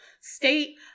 state